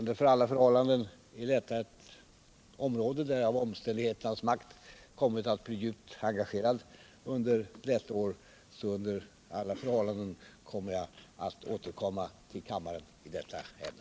Det är ett område där jag av omständigheternas makt kommit att bli djupt engagerad, och under alla förhållanden avser jag att återkomma i kammaren i detta ämne.